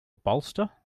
bolster